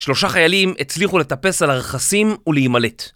שלושה חיילים, הצליחו לטפס על הרכסים, ולהימלט.